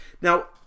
Now